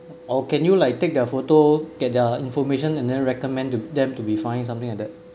or can you like take their photo get their information and then recommend to them to be fine something like that